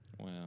Wow